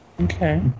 Okay